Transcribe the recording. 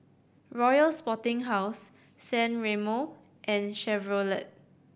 Royal Sporting House San Remo and Chevrolet